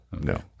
No